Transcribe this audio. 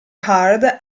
hard